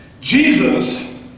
Jesus